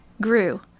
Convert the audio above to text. grew